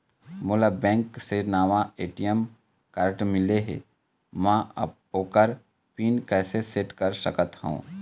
मोला बैंक से नावा ए.टी.एम कारड मिले हे, म ओकर पिन कैसे सेट कर सकत हव?